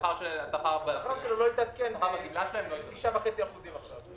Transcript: השכר שלהם לא התעדכן --- 9.5% עכשיו.